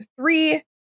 three